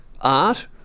art